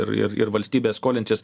ir ir ir valstybė skolinsis